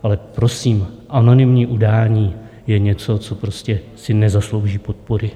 Ale prosím, anonymní udání je něco, co prostě si nezaslouží podpory.